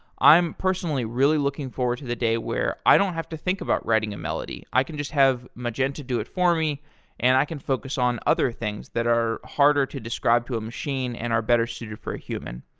i'm personally really looking forward to the day where i don't have to think about writing a melody, i can just have magenta do it for me and i can focus on other things that are harder to describe to a machine and are better suited for a human.